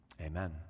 Amen